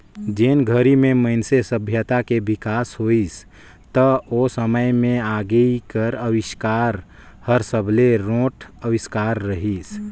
जेन घरी में मइनसे सभ्यता के बिकास होइस त ओ समे में आगी कर अबिस्कार हर सबले रोंट अविस्कार रहीस